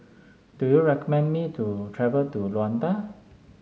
do you recommend me to travel to Luanda